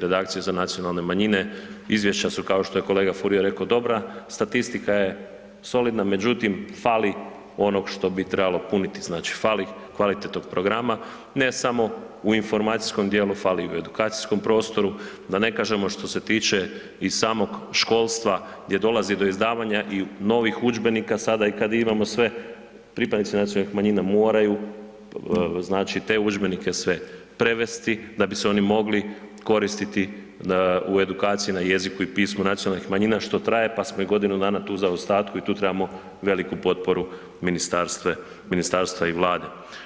redakcije za nacionalne manjine, izvješća su kao što je rekao kolega Furio rekao, dobra, statistika je solidna, međutim fali onog što bi trebalo puniti, znači, fali kvalitetnog programa, ne samo u informacijskom djelu, fali i u edukacijskom prostoru, da ne kažemo što se tiče i samog školstva gdje dolazi do izdavanja i novih udžbenika i sada kada imamo sve, pripadnici nacionalnih manjina moraju te udžbenike sve prevesti da bi se oni mogli koristiti u edukaciji u jeziku i pismu nacionalnih manjina što traje pa smo i godinu dana tu u zaostatku i tu trebamo veliku potporu ministarstva i Vlade.